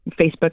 Facebook